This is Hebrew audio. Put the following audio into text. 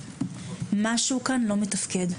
משהו כאן לא מתפקד.